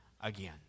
again